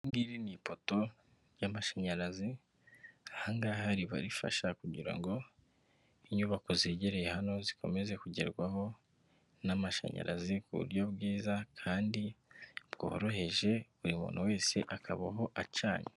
Iri ngiri ni ipoto ry'amashanyarazi, aha ngaha ribafasha kugira ngo inyubako zegereye hano zikomeze kugerwaho n'amashanyarazi ku buryo bwiza kandi bworoheje, buri muntu wese akabaho acanye.